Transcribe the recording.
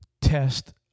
test